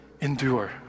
endure